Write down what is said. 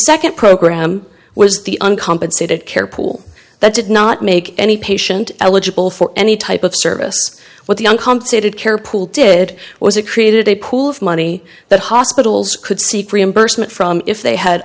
second program was the uncompensated care pool that did not make any patient eligible for any type of service what the uncompensated care pool did was it created a pool of money that hospitals could seek reimbursement from if they had